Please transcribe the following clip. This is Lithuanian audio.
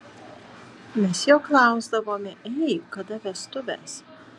mes jo klausdavome ei kada vestuvės